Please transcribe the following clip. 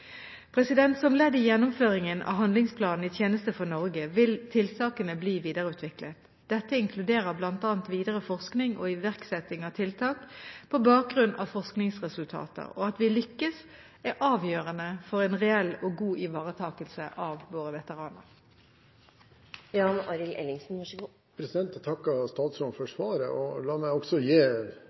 Som ledd i gjennomføringen av handlingsplanen «I tjeneste for Norge» vil tiltakene bli videreutviklet. Dette inkluderer bl.a. videre forskning og iverksetting av tiltak på bakgrunn av forskningsresultater. At vi lykkes, er avgjørende for en reell og god ivaretakelse av våre veteraner. Jeg takker statsråden for svaret, og la meg også gi